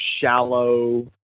shallow